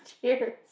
Cheers